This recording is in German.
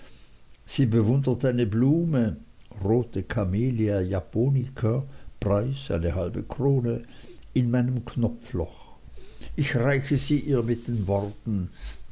sie bewundert eine blume rote camellia japonica preis eine halbe krone in meinem knopfloch ich reiche sie ihr mit den worten